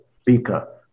speaker